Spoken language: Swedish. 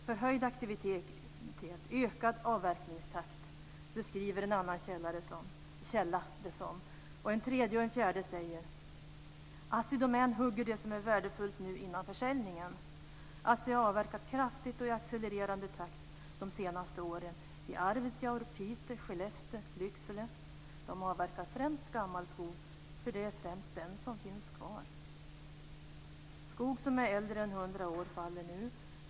Förhöjd aktivitet och ökad avverkningstakt, beskriver en annan källa det som. En tredje och en fjärde säger: Assi Domän hugger det som är värdefullt nu innan försäljningen. Assi har avverkat kraftigt och i accelererande takt de senaste åren - i Arvidsjaur, Piteå, Skellefteå och Lycksele. De avverkar främst gammal skog, för det är främst den som finns kvar. Skog som är äldre än 100 år faller nu.